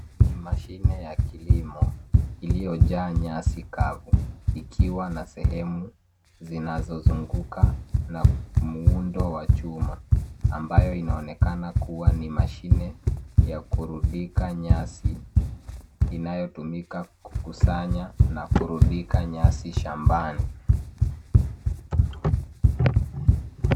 Ni mashine ya kilimo iliyojaa nyasi kavu, ikiwa na sehemu zinazozunguka na muundo wa chuma, ambayo inaonekana kuwa ni mashine ya kurundika nyasi inayotumika kwa kusanya na kurundika nyasi shambani.